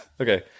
okay